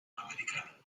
americano